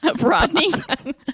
Rodney